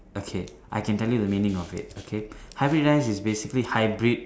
okay I can tell you the meaning of it okay hybridise is basically hybrid